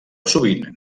sovint